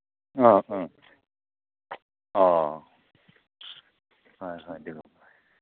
ꯑ ꯑ ꯑꯣ ꯍꯣꯏ ꯍꯣꯏ ꯑꯗꯨꯒꯨꯝꯕ